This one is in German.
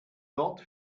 dort